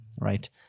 right